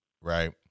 right